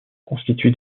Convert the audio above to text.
constitué